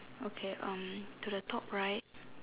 okay um to the top right